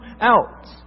out